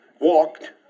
walked